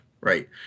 right